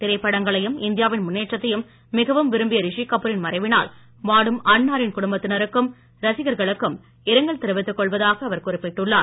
திரைப்படங்களையும் இந்தியாவின் முன்னேற்றத்தையும் மிகவும் விரும்பிய ரிஷி கபூரின் மறைவினால் வாடும் அன்னாரின் குடும்பத்தினருக்கும் ரசிகர்களுக்கும் இரங்கல் தெரிவித்துக் கொள்வதாக அவர் குறிப்பிட்டுள்ளார்